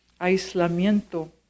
aislamiento